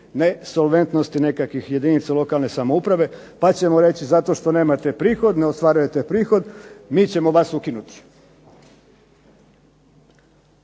nesolventnosti nekakvih jedinica lokalne samouprave pa ćemo reći zato što nemate prihod, ne ostvarujete prihod, mi ćemo vas ukinuti.